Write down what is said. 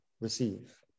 receive